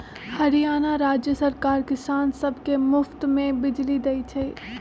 हरियाणा राज्य सरकार किसान सब के मुफ्त में बिजली देई छई